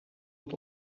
het